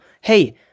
hey